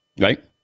right